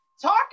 Talk